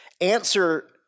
answer